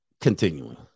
continuing